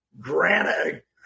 granite